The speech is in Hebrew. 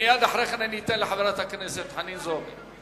ומייד אחרי כן אני אתן לחברת הכנסת חנין זועבי.